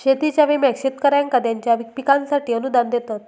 शेतीच्या विम्याक शेतकऱ्यांका त्यांच्या पिकांसाठी अनुदान देतत